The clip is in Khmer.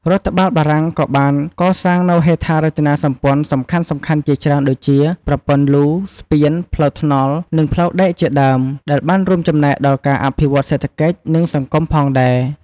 រដ្ឋបាលបារាំងក៏បានកសាងនូវហេដ្ឋារចនាសម្ព័ន្ធសំខាន់ៗជាច្រើនដូចជា ប្រព័ន្ធលូ ស្ពាន ផ្លូវថ្នល់ និងផ្លូវដែកជាដើម ដែលបានរួមចំណែកដល់ការអភិវឌ្ឍន៍សេដ្ឋកិច្ច និងសង្គមផងដែរ។